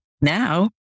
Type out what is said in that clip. now